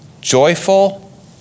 Joyful